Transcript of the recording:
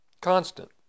constant